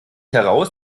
heraus